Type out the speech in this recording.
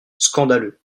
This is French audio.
scandaleux